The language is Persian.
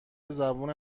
زبون